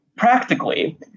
Practically